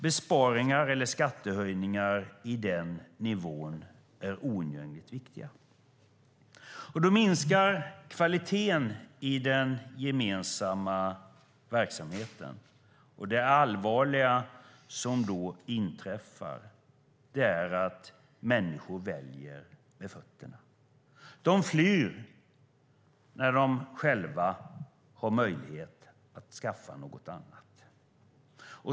Besparingar eller skattehöjningar i den nivån är oundgängligt viktiga. Då minskar kvaliteten i den gemensamma verksamheten, och det allvarliga som då inträffar är att människor väljer med fötterna - de flyr när de själva har möjlighet att skaffa något annat.